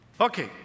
Okay